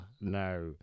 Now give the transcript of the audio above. No